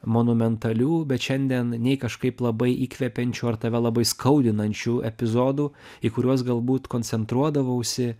monumentalių bet šiandien nei kažkaip labai įkvepiančių ar tave labai skaudinančių epizodų į kuriuos galbūt koncentruodavausi